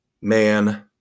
man